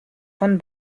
von